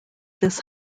this